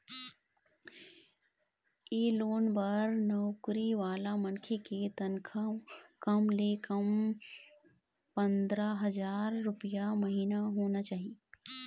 ए loan बर नउकरी वाला मनखे के तनखा कम ले कम पंदरा हजार रूपिया महिना होना चाही